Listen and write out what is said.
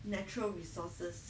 natural resources